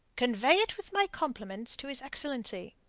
convey it with my compliments to his excellency.